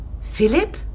Philip